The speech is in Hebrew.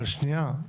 אבל שנייה.